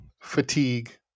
fatigue